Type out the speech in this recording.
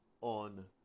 on